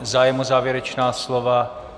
Zájem o závěrečná slova?